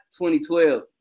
2012